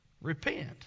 Repent